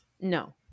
No